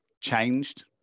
changed